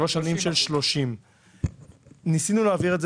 שלוש שנים של 30%. ניסינו להעביר את זה